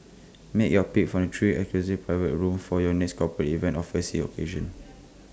make your pick from three exclusive private rooms for your next corporate event or fancy occasion